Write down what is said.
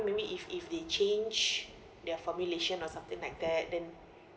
maybe if if they change their formulation or something like that then